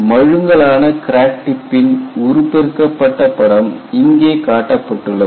மழுங்கலான crack டிப்பின் உருப்பெருக்க பட்ட படம் இங்கே காட்டப்பட்டுள்ளது